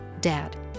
Dad